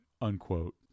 unquote